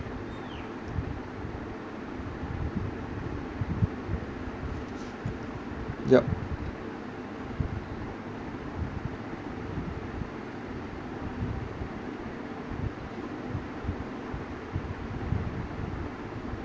yup